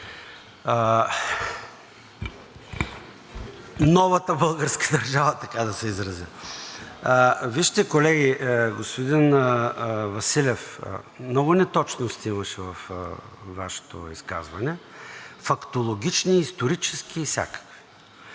новата българска държава, така да се изразя. Вижте, колеги, господин Василев, много неточности имаше във Вашето изказване – фактологични, исторически и всякакви.